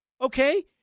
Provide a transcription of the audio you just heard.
Okay